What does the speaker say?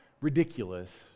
ridiculous